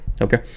okay